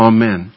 Amen